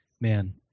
Man